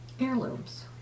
Heirlooms